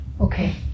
okay